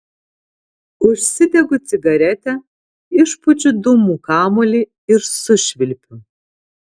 užsidegu cigaretę išpučiu dūmų kamuolį ir sušvilpiu